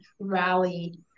rally